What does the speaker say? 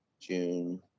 June